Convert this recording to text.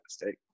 mistake